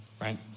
right